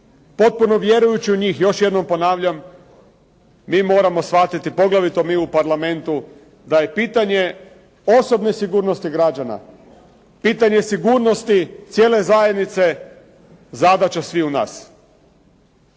Potpuno vjerujući u njih još jednom ponavljam, mi moramo shvatiti poglavito mi u Parlamentu, da je pitanje osobne sigurnosti građana, pitanje sigurnosti cijele zajednice zadaća sviju nas.